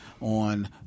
on